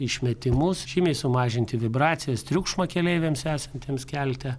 išmetimus žymiai sumažinti vibracijos triukšmą keleiviams esantiems kelte